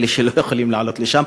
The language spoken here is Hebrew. אלה שלא יכולים לעלות לשם,